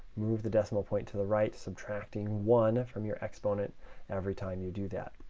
move the decimal point to the right, subtracting one from your exponent every time you do that.